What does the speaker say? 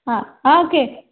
okay